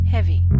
Heavy